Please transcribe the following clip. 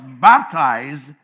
baptized